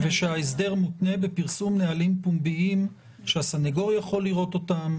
ושההסדר מותנה בפרסום נהלים פומביים שהסנגור יכול לראות אותם.